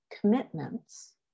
commitments